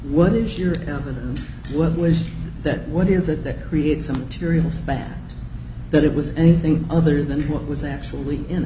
what is your word was that what is it that creates a material bad that it was anything other than what was actually in